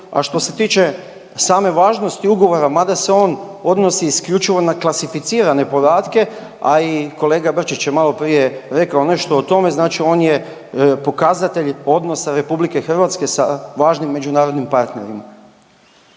A što se tiče same važnosti ugovora, mada se on odnosi isključivo na klasificirane podatke, a i kolega Brčić je maloprije rekao nešto o tome. Znači on je pokazatelj odnosa RH sa važnim međunarodnim partnerima.